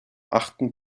achten